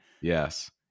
Yes